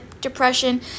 depression